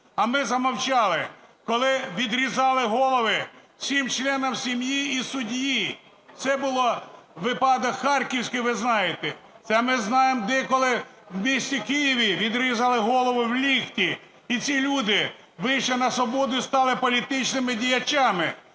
а ми замовчали, коли відрізали голови всім членам сім'ї і судді (це було випадок харківський, ви знаєте), це, ми знаємо, деколи у місті Києві відрізали голову в ліфті. І ці люди вийшли на свободу і стали політичними діячами.